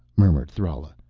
murmured thrala.